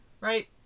right